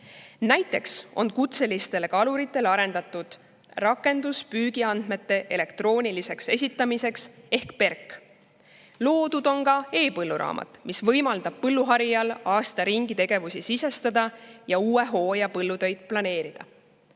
Näiteks on kutselistele kaluritele arendatud välja rakendus PERK püügiandmete elektrooniliseks esitamiseks. Loodud on ka e‑põlluraamat, mis võimaldab põlluharijal aasta ringi oma tegevusi sisestada ja uue hooaja põllutöid planeerida.